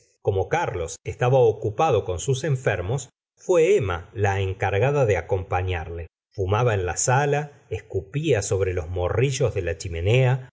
como carlos esta ba ocupado con sus enfermos fué emma la encargada de acompañarle fumaba en la señora de itaby la sala escupía sobre los morrillos de la chimenea